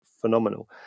phenomenal